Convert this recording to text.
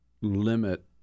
limit